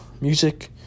music